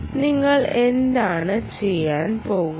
നിങ്ങൾ എന്താണ് ചെയ്യാൻ പോകുന്നത്